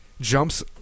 Jumps